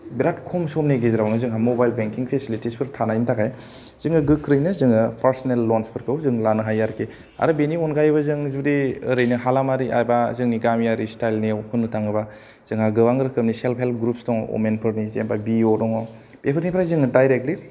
बिराद खम समनि गेजेरावनो जोङो मबाइल बेंकिं फेसिलिटिसफोर थानायनि थाखाय जोङो गोख्रैनो जोङो पार्सनेल लनफोरखौ जोङो लानो हायो आरोखि आरो बेनि अनगायैबो जों जुदि ओरैनो हालामारि एबा जोंनि गामियारि स्टाइलाव होननो थाङोब्ला जोंहा गोबां रोखोमनि सेल्फ हेल्पस ग्रुप दङ अमेनफोरनि जेनेबा बिअ' दङ बेफोरनिफ्राय जोङो डाइरेक्टलि